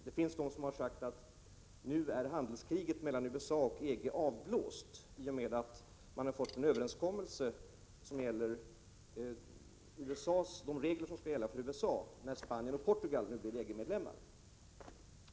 Det har sagts att nu är handelskriget mellan USA och EG avblåst i och med att man har nått en överenskommelse om de regler som skall gälla för USA nu när Spanien och Portugal blir EG-medlemmar.